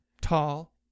tall